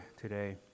today